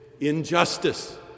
injustice